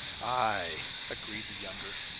aye, agreed the younger.